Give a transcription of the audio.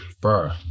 Bro